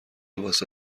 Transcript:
واسه